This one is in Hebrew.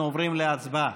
אנחנו עוברים להצבעה.